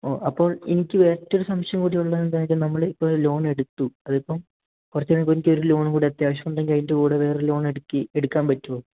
O അപ്പോൾ എനിക്ക് വേറൊരു സംശയം കൂടിയുള്ളത് എന്താന്ന് വെച്ചാൽ നമ്മൾ ഇപ്പോൾ ലോണെടുത്തു അതിപ്പം കുറച്ച് കഴിഞ്ഞിട്ട് എനിക്ക് ഒരു ലോണും കൂടെ അത്യാവശ്യം ഉണ്ടെങ്കിൽ അതിൻ്റെ കൂടെ വേറൊരു ലോൺ എടുക്കാൻ എടുക്കാൻ പറ്റുമോ